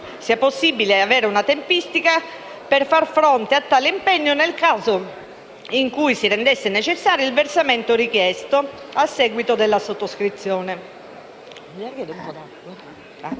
quale possibile tempistica si potrà far fronte a tale impegno nel caso in cui si rendesse necessario il versamento richiesto a seguito della sottoscrizione.